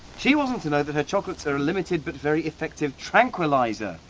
she wasn't to know that her chocolates are a limited but very effective tranquiliser.